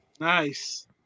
nice